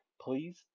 please